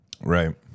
right